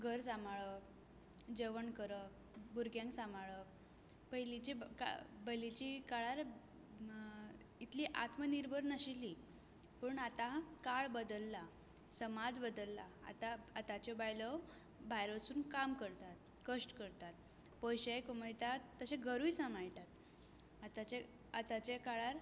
घर सांबाळप जेवण करप भुरग्यांक सांबाळप पयलींची बा का बायलांची काळार इतली आत्मनिर्भर नाशिल्ली पूण आतां काळ बदल्ला समाज बदल्ला आतां आतांच्यो बायलो भायर वसून काम करतात कश्ट करतात पयशे कमयतात तशें घरूय सांबाळटात आतांचे आतांचे काळार